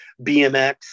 BMX